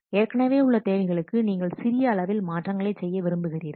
ஏற்கனவே உள்ள தேவைகளுக்கு நீங்கள் சிறிய அளவில் மாற்றங்களை செய்ய விரும்புகிறீர்கள்